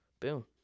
Boom